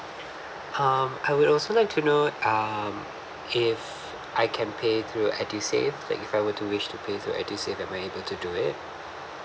um I would also like to know um if I can pay through edusave like if I were to wish to pay through edusave and am I able to do it